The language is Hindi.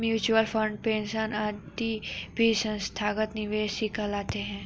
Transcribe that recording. म्यूचूअल फंड, पेंशन आदि भी संस्थागत निवेशक ही कहलाते हैं